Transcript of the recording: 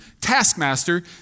taskmaster